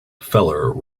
feller